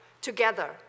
together